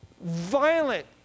violent